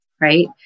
right